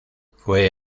fue